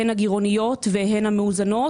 הן הגירעוניות והן המאוזנות,